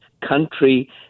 Country